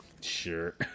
Sure